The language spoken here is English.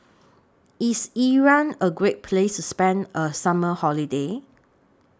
IS Iran A Great Place to spend A Summer Holiday